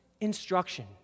instruction